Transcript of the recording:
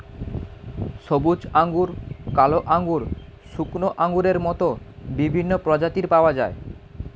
সবুজ আঙ্গুর, কালো আঙ্গুর, শুকনো আঙ্গুরের মত বিভিন্ন প্রজাতির পাওয়া যায়